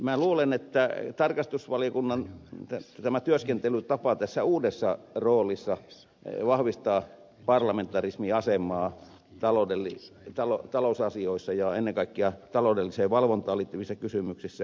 minä luulen että tarkastusvaliokunnan työskentelytapa tässä uudessa roolissa vahvistaa parlamentarismin asemaa talousasioissa ja ennen kaikkea taloudelliseen valvontaan liittyvissä kysymyksissä